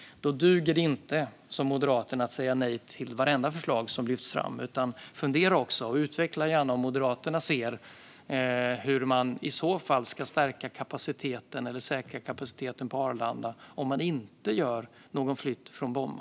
Då duger det inte att som Moderaterna säga nej till vartenda förslag som lyfts fram, utan man behöver också fundera. Utveckla gärna hur Moderaterna ser att vi ska säkra kapaciteten på Arlanda om vi inte gör någon flytt från Bromma!